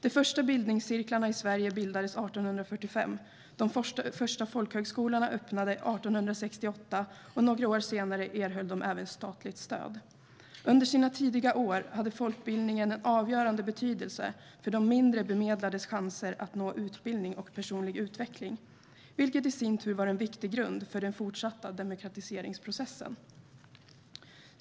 De första bildningscirklarna i Sverige bildades 1845. De första folkhögskolorna öppnade 1868, och några år senare erhöll de även statligt stöd. Under sina tidiga år hade folkbildningen en avgörande betydelse för de mindre bemedlades chanser att nå utbildning och personlig utveckling, vilket i sin tur var en viktig grund för den fortsatta demokratiseringsprocessen.